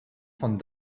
van